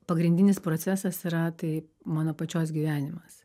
pagrindinis procesas yra tai mano pačios gyvenimas